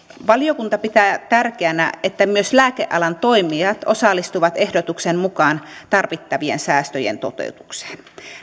valiokunta pitää tärkeänä että myös lääkealan toimijat osallistuvat ehdotuksen mukaan tarvittavien säästöjen toteutukseen